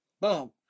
Boom